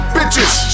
Bitches